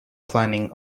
planning